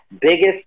biggest